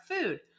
food